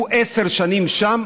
הוא עשר שנים שם,